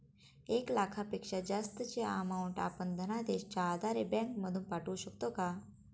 एक लाखापेक्षा जास्तची अमाउंट आपण धनादेशच्या आधारे बँक मधून पाठवू शकतो का?